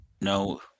no